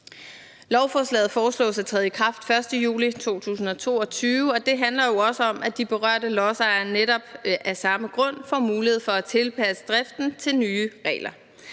Lovforslaget foreslås at træde i kraft den 1. juli 2022, og det handler jo også om, at de berørte lodsejere netop af samme grund får mulighed for at tilpasse driften til nye regler.